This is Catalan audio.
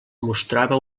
mostrava